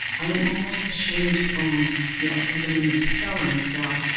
i am almost ashamed to own yes, even in this felon's cell,